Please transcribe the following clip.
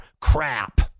crap